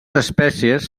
espècies